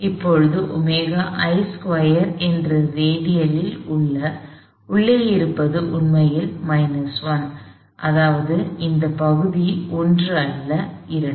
இப்போது ωi2 என்ற ரேடிக்கலின் உள்ளே இருப்பது உண்மையில் 1 அதாவது இந்த பகுதி 1 அல்ல 2